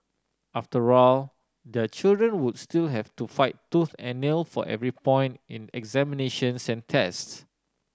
after all their children would still have to fight tooth and nail for every point in examinations and tests